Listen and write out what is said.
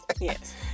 Yes